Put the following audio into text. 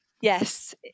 yes